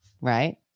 Right